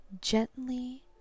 gently